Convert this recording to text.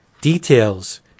details